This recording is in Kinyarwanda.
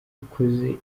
ukoze